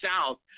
South